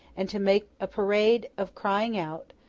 and to make a parade of crying out,